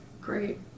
Great